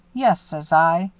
yes, says i,